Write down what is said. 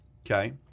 Okay